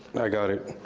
i got it.